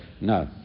no